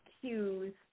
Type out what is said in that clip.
cues